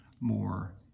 more